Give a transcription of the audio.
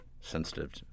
sensitive